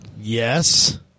Yes